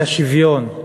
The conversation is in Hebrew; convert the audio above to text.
האי-שוויון,